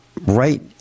right